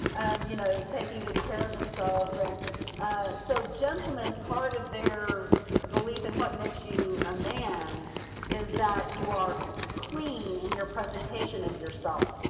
and you know taking good care of themselves and ah so gentlemen carded their belief in what makes you a man is that you are clean in your presentation of yourself,